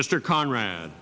mr conrad